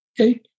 Okay